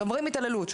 שעוברים התעללות,